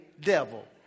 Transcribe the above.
devil